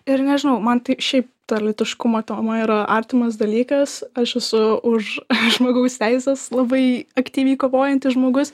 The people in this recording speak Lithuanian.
ir nežinau man tai šiaip ta lytiškumo tema yra artimas dalykas aš esu už žmogaus teises labai aktyviai kovojantis žmogus